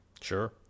Sure